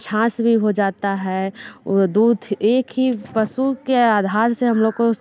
छांछ भी हो जाता है वह दूध एक ही पशु के आधार से हम लोग को उस